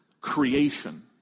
creation